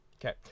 Okay